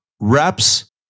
reps